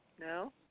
no